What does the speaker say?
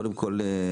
קודם כל,